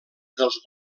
dels